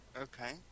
Okay